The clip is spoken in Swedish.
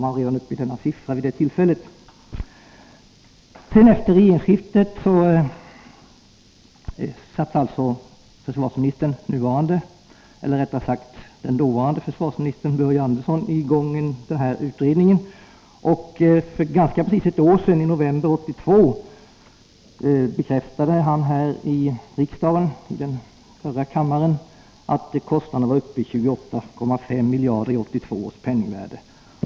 Man var alltså redan vid detta tillfälle uppe i detta belopp. Efter regeringsskiftet satte försvarsminister Börje Andersson i gång utredningen av projektet. För nästan precis ett år sedan, i november 1982, bekräftade han i riksdagen att kostnaden ökat till 28,5 miljarder i 1982 års penningvärde.